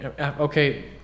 Okay